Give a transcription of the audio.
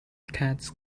cats